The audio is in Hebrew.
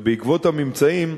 ובעקבות הממצאים,